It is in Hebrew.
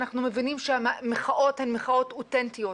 אנחנו מבינים שהמחאות הן מחאות אותנטיות,